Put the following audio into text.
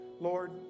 Lord